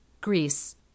Greece